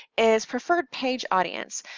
is preferred page audience.